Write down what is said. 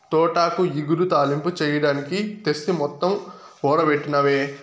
తోటాకు ఇగురు, తాలింపు చెయ్యడానికి తెస్తి మొత్తం ఓడబెట్టినవే